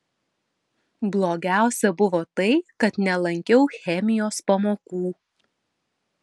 blogiausia buvo tai kad nelankiau chemijos pamokų